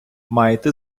маєте